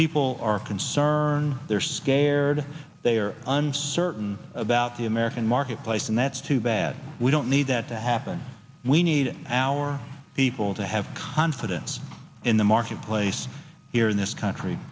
people are concerned they're scared they are uncertain about the american marketplace and that's too bad we don't need that to happen we need our people to have confidence in the marketplace here in this country